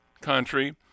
country